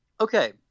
okay